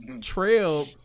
Trail